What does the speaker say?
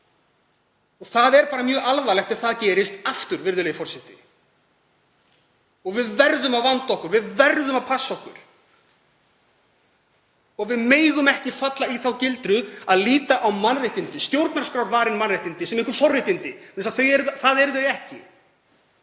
og það er mjög alvarlegt ef það gerist aftur. Við verðum að vanda okkur. Við verðum að passa okkur. Við megum ekki falla í þá gildru að líta á mannréttindi, stjórnarskrárvarin mannréttindi, sem einhver forréttindi, það eru þau ekki.